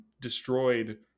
destroyed